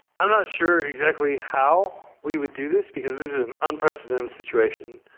i'm not sure exactly how we would do this, because this is an unprecedented situation.